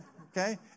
okay